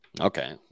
Okay